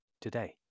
today